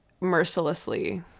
mercilessly